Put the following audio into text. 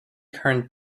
current